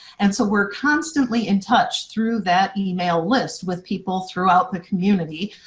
and so we're constantly in touch through that email list with people throughout the community.